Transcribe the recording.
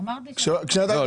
--- אמרתי את זה --- לא,